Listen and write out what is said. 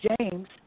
James